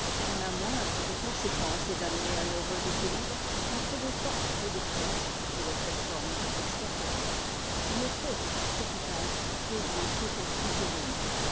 dont la moindre des conséquences est d'amener un heureux équilibre entre vos forces productrices et votre forme extérieure a ces mots bien représenter la représentation n'ont pas d'autre origine noie de l'auteur une faute aussi capitale déduit toute une physionomie